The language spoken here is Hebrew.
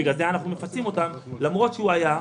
בגלל זה אנחנו מפצים אותם למרות שהעובד היה,